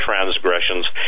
transgressions